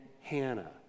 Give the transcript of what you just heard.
Hannah